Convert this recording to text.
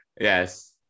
Yes